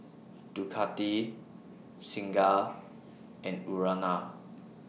Ducati Singha and Urana